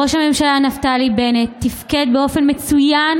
ראש הממשלה נפתלי בנט תפקד באופן מצוין,